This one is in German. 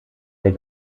der